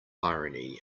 irony